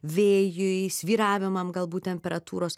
vėjui svyravimam galbūt temperatūros